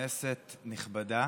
כנסת נכבדה,